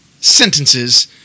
sentences